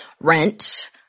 rent –